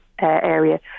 area